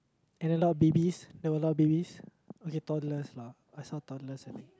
and a lot of babies they allow babies ok toddlers lah I saw toddlers and